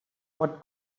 what